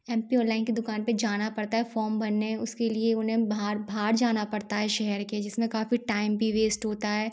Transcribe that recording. M P online की दुकान पे जाना पड़ता हैं फॉम भरने उसके लिए उन्हें बाहर बाहर जाना पड़ता है शहर के जिस में काफ़ी टाइम भी वेस्ट होता है